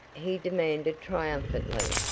he demanded triumphantly.